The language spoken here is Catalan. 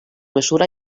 mesura